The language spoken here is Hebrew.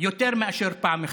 יותר מפעם אחת.